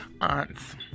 aunt's